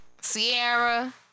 Sierra